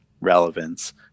relevance